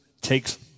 takes